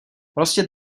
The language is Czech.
prostě